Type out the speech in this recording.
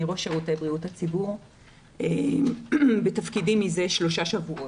בתפקידי אני ראש שירותי בריאות הציבור מזה שלושה שבועות.